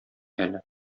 әле